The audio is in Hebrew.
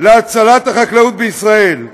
להצלת החקלאות בישראל.